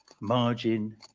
Margin